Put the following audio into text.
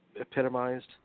epitomized –